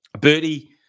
Birdie